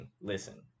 listen